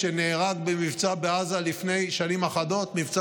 שנהרג במבצע בעזה לפני שנים אחדות במבצע